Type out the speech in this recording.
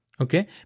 Okay